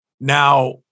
Now